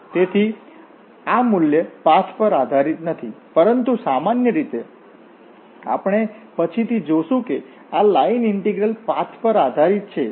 તેથી આ મૂલ્ય પાથ પર આધારીત નથી પરંતુ સામાન્ય રીતે આપણે પછીથી જોશું કે આ લાઇન ઇન્ટીગ્રલ પાથ પર આધારિત છે